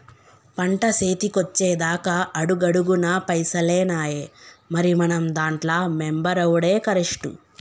పంట సేతికొచ్చెదాక అడుగడుగున పైసలేనాయె, మరి మనం దాంట్ల మెంబరవుడే కరెస్టు